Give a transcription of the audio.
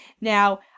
Now